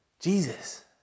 Jesus